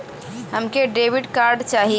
हमके debit card चाही?